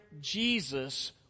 Jesus